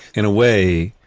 in a way,